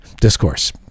discourse